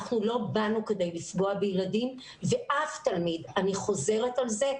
אנחנו לא באנו כדי לפגוע בילדים ואף תלמיד אני חוזרת על זה,